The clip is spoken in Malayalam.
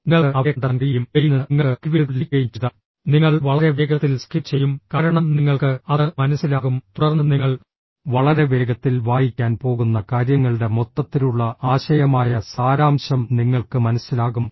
നിങ്ങൾക്ക് അവയെ കണ്ടെത്താൻ കഴിയുകയും ഇവയിൽ നിന്ന് നിങ്ങൾക്ക് കീവേഡുകൾ ലഭിക്കുകയും ചെയ്താൽ നിങ്ങൾ വളരെ വേഗത്തിൽ സ്കിം ചെയ്യും കാരണം നിങ്ങൾക്ക് അത് മനസ്സിലാകും തുടർന്ന് നിങ്ങൾ വളരെ വേഗത്തിൽ വായിക്കാൻ പോകുന്ന കാര്യങ്ങളുടെ മൊത്തത്തിലുള്ള ആശയമായ സാരാംശം നിങ്ങൾക്ക് മനസ്സിലാകും